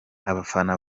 abafana